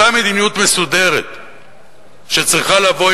אותה מדיניות מסודרת שצריכה לבוא,